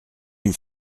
une